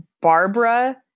Barbara